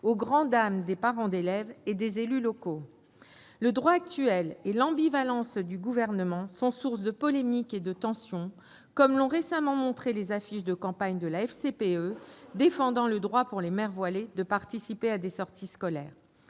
au grand dam des parents d'élèves et des élus locaux. Le droit actuel et l'ambivalence du Gouvernement sont sources de polémiques et de tensions, comme l'ont récemment montré les affiches de campagne de la FCPE, la Fédération des conseils de parents d'élèves, défendant le droit pour les mères voilées de participer à des sorties scolaires.